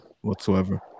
whatsoever